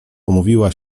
umówiła